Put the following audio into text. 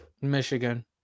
Michigan